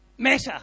Matter